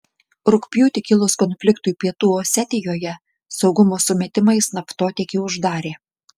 rugpjūtį kilus konfliktui pietų osetijoje saugumo sumetimais naftotiekį uždarė